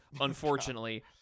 unfortunately